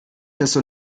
desto